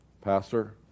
Pastor